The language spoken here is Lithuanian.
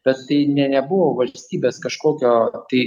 bet tai ne nebuvo valstybės kažkokio tai